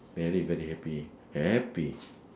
very very happy happy